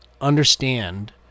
understand